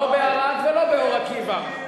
לא בערד ולא באור-עקיבא,